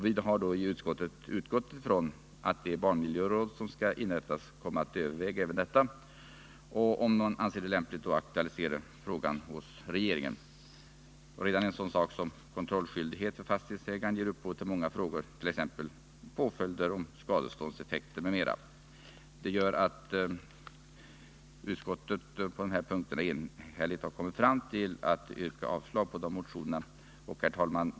Vi har i utskottet utgått ifrån att det barnmiljöråd som skall inrättas kommer att överväga detta och, om man anser det lämpligt, aktualisera frågan hos regeringen. Redan en sådan sak som kontrollskyldigheten för fastighetsägaren ger upphov till många frågor, t.ex. frågor om påföljd, skadeståndseffekter m.m. Detta gör att utskottet på den här punkten enhälligt har kommit fram till att avstyrka dessa motionsyrkanden. Herr talman!